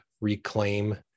reclaim